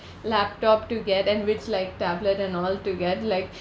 laptop to get and which like tablet and all to get like